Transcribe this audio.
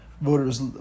voters